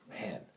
man